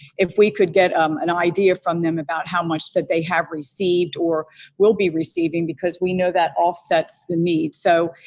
if we could get an idea from them about how much they have received or will be receiving because we know that offsets the need. so,